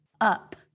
up